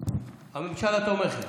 הממשלה תומכת.